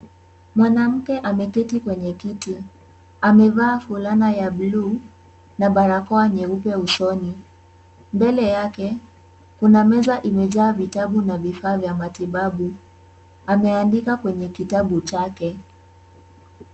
Mwanamke ameketi kwenye kiti. Amevaa fulana ya bluu na barakoa nyeupe usoni. Mbele yake kuna meza imejaa vitabu na vifaa vya matibabu. Ameandika kwenye kitabu chake.